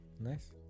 Nice